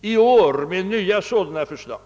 i år nya sådana förslag.